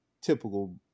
typical